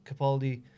Capaldi